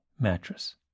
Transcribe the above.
Mattress